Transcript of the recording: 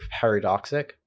paradoxic